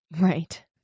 Right